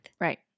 Right